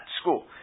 school